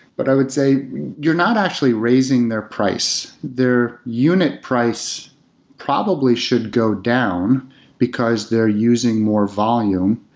but i would say you're not actually raising their price. their unit price probably should go down because they're using more volume.